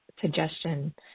suggestion